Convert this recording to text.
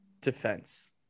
defense